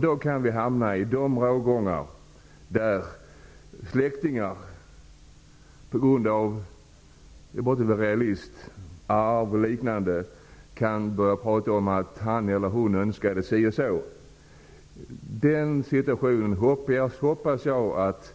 Då kan vi hamna i rågångar där släktingar, t.ex. på grund av arv och liknande, kan börja prata om att patienten önskade si och så. Den situationen hoppas jag att